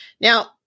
Now